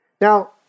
Now